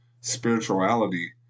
Spirituality